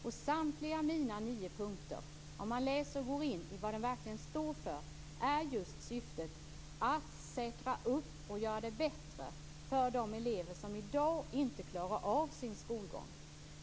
Om man läser och går in i vad samtliga mina nio punkter står för inser man att syftet är just att säkra och göra det bättre för de elever som i dag inte klarar av sin skolgång.